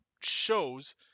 shows